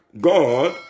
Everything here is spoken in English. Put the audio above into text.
God